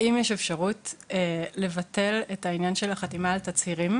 האם יש אפשרות לבטל את העניין של החתימה על תצהירים?